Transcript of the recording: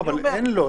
אבל אין לו.